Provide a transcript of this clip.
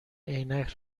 عینک